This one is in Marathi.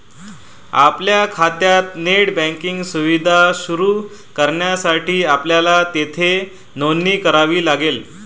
आपल्या खात्यात नेट बँकिंग सुविधा सुरू करण्यासाठी आपल्याला येथे नोंदणी करावी लागेल